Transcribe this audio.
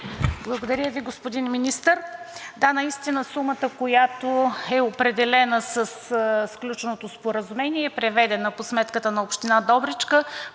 Благодаря Ви, господин Министър. Да, наистина сумата, която е определена със сключеното споразумение, е преведена по сметката на община Добричка.